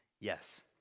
Yes